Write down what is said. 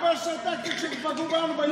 אבל שתקת כשפגעו בנו, בילדים שלנו.